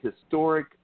historic